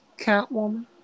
Catwoman